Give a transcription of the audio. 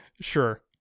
Sure